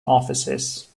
offices